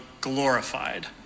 glorified